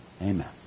Amen